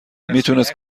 میتونست